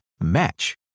match